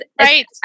right